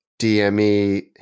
DME